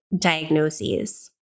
Diagnoses